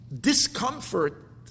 discomfort